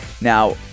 Now